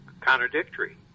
contradictory